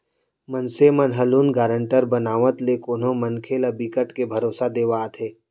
मनसे मन ह लोन गारंटर बनावत ले कोनो मनखे ल बिकट के भरोसा देवाथे